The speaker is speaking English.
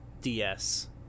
DS